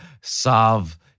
solve